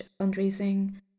fundraising